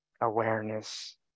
awareness